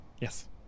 Yes